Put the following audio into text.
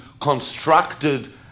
constructed